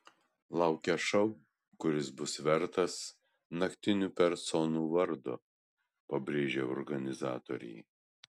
laukia šou kuris bus vertas naktinių personų vardo pabrėžė organizatoriai